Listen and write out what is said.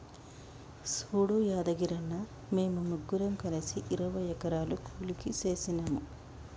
సూడు యాదగిరన్న, మేము ముగ్గురం కలిసి ఇరవై ఎకరాలు కూలికి సేసినాము